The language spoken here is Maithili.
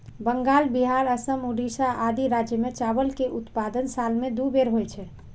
बंगाल, बिहार, असम, ओड़िशा आदि राज्य मे चावल के उत्पादन साल मे दू बेर होइ छै